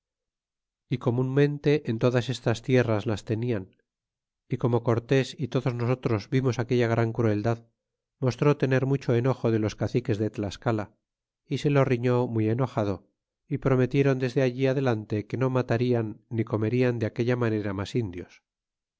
y comunmente en todas estas tierras las tenian y como cortés y todos nosotros vimos aquella gran crueldad mostró tener mucho enojo de los caciques de tlascala y se lo riñó muy enojado y prometieron desde allí adelante que no matarian ni comerian de aquella manera mas indios